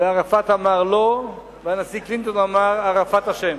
וערפאת אמר "לא", והנשיא קלינטון אמר: ערפאת אשם.